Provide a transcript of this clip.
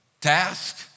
task